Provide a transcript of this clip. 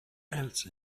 else